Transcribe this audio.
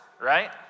right